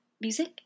music